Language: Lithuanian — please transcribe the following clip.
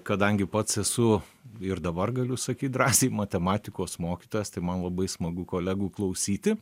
kadangi pats esu ir dabar galiu sakyt drąsiai matematikos mokytojas tai man labai smagu kolegų klausyti